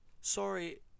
Sorry